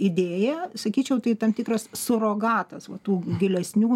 idėja sakyčiau tai tam tikras surogatas va tų gilesnių